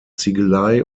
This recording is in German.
ziegelei